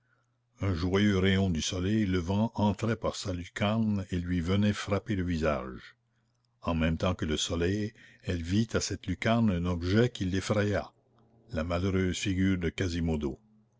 un joyeux rayon du soleil levant entrait par sa lucarne et lui venait frapper le visage en même temps que le soleil elle vit à cette lucarne un objet qui l'effraya la malheureuse figure de quasimodo